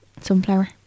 Sunflower